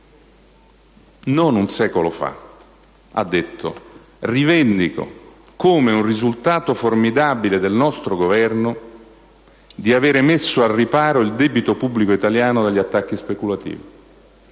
non un secolo fa, ha detto: "Rivendico come un risultato formidabile del nostro Governo il fatto di avere messo al riparo il debito pubblico italiano dagli attacchi speculativi".